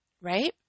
right